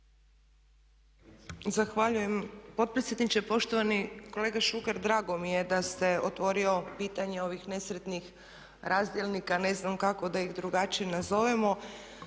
Zahvaljujem potpredsjedniče. Poštovani kolega Šuker, drago mi je da ste otvorili pitanje ovih nesretnih razdjelnika, ne znam kako da ih drugačije nazovemo.